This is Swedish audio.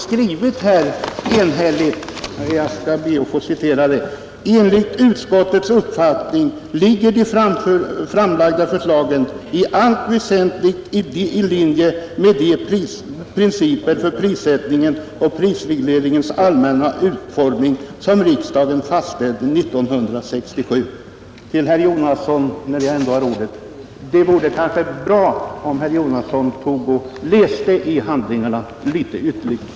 Utskottet har enhälligt skrivit: ”Enligt utskottets uppfattning ligger de framlagda förslagen i allt väsentligt i linje med de principer för prissättningen och prisregleringens allmänna utformning som riksdagen fastställde år 1967.” Till herr Jonasson vill jag säga, när jag ändå har ordet, att det kanske vore bra om herr Jonasson läste i handlingarna litet ytterligare.